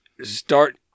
start